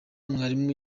mwarimu